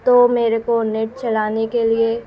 تو میرے کو نیٹ چلانے کے لیے